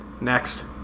Next